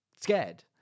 scared